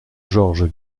george